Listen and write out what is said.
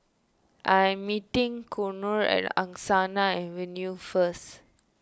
I am meeting Konnor at Angsana Avenue first